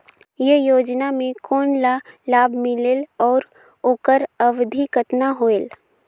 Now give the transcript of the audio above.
ये योजना मे कोन ला लाभ मिलेल और ओकर अवधी कतना होएल